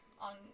on